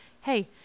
hey